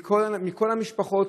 מכל המשפחות,